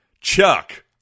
Chuck